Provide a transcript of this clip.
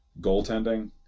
goaltending